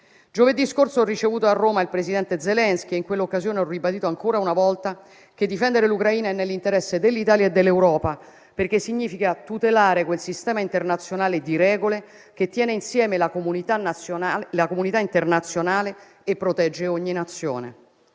Giovedì scorso ho ricevuto a Roma il presidente Zelensky e in quell'occasione ho ribadito ancora una volta che difendere l'Ucraina è nell'interesse dell'Italia e dell'Europa, perché significa tutelare quel sistema internazionale di regole che tiene insieme la comunità internazionale e protegge ogni Nazione.